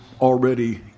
already